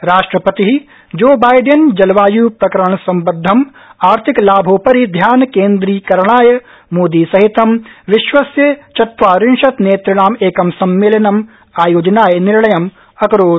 राष्ट्रपतिः Joe Biden जलवायप्रकरणसम्बदधं आर्थिकलाभोपरि ध्यान केन्द्रीकरणाय मोदी सहित ं विश्वस्य चत्वारिशत् नेतृणाम् एकं सम्मेलनं आयोजनाय निर्णयम् अकरोत्